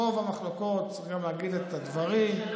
וצריכים להגיד את הדברים,